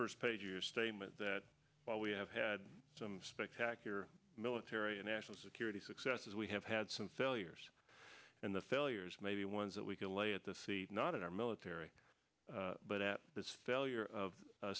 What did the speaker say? first page of your statement that while we have had some spectacular military and national security successes we have had some failures and the failures may be ones that we can lay at the feet not in our military but at the failure of u